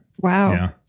Wow